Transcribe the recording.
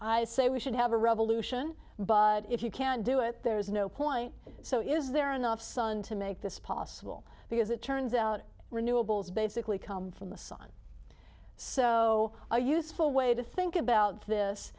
i say we should have a revolution but if you can't do it there is no point so is there enough sun to make this possible because it turns out renewables basically come from the sun so a useful way to think about this